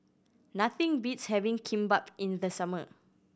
nothing beats having Kimbap in the summer